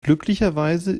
glücklicherweise